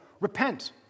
repent